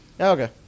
okay